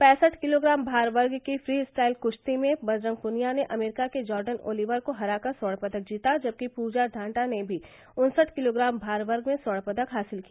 पैसठ किलोग्राम भार वर्ग की फ्री स्टाइल कुस्ती में बजरंग पूनिया ने अमरीका के जॉर्डन ओलिवर को हराकर स्वर्ण पदक जीता जबकि पूजा ढांडा ने भी उनसठ किलोग्राम भारवर्ग में स्वर्ण पदक हासिल किया